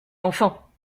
enfants